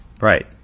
Right